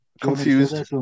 Confused